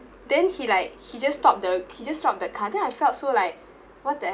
then he like he just stop the he just stop the car then I felt so like what the hell